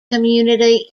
community